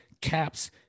caps